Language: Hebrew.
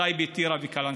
טייבה, טירה וקלנסווה,